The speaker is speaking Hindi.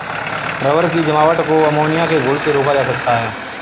रबर की जमावट को अमोनिया के घोल से रोका जा सकता है